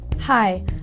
Hi